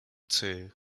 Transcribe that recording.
two